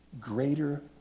greater